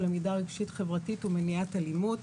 למידה רגשית חברתית ומניעת אלימות,